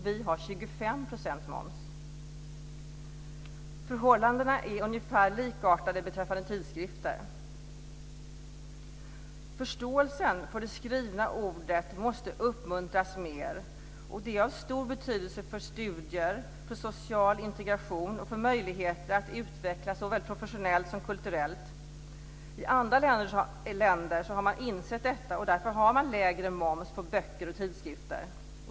Vi har 25 % moms. Förhållandena är ungefär likartade beträffande tidskrifter. Förståelsen för det skrivna ordet måste uppmuntras mer. Det är av stor betydelse för studier, social integration och för möjligheten att utvecklas såväl professionellt som kulturellt. I andra länder har man insett detta. Därför har man lägre moms på böcker och tidskrifter.